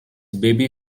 baby